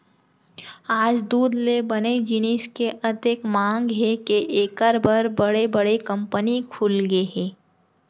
आज दूद ले बने जिनिस के अतेक मांग हे के एकर बर बड़े बड़े कंपनी खुलगे हे